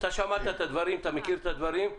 אתה שמעת את הדברים, את מכיר את הדברים,